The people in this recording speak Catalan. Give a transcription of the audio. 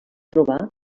trobar